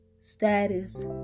status